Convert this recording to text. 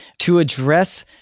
to address,